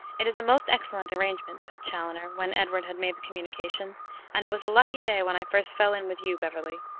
it is a most excellent arrangement, said chaloner, when edward had made the communication and it was a lucky day when i first fell in with you, beverley.